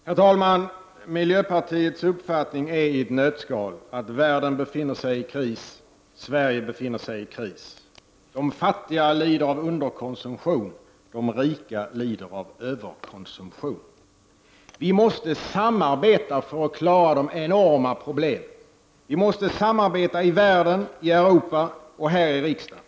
Herr talman! Miljöpartiets uppfattning är i ett nötskal att världen befinner sig i kris och att Sverige befinner sig i kris. De fattiga lider av underkonsumtion, och de rika lider av överkonsumtion. Vi måste samarbeta för att klara de enorma problemen. Vi måste samarbeta i världen, i Europa och här i riksdagen.